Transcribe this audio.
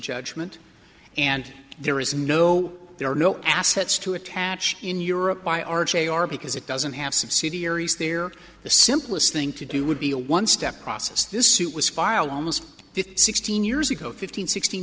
judgment and there is no there are no assets to attach in europe by r j or because it doesn't have subsidiaries there the simplest thing to do would be a one step process this suit was filed almost fifteen sixteen years ago fifteen sixteen